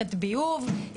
למערכת ביוב,